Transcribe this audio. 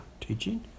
teaching